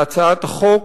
העיקרון הזה בהצעת החוק